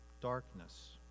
darkness